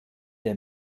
der